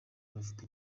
bafite